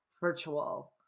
virtual